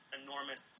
enormous